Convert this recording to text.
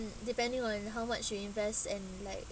depending on how much you invest and like